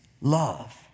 love